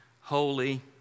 holy